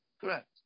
Correct